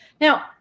Now